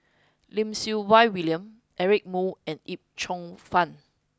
Lim Siew Wai William Eric Moo and Yip Cheong Fun